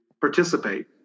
participate